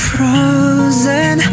Frozen